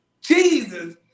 Jesus